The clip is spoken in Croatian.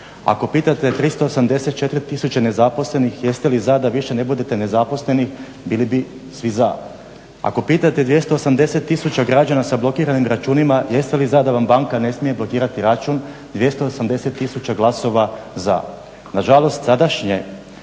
Ako pitate 384 tisuće nezaposlenih jeste li za da više ne bude nezaposleni, bili bi svi za. Ako pitate 280 tisuća građana sa blokiranim računima jeste li za da vam banka ne smije blokirati račun, 280 tisuća glasova za. Nažalost sadašnje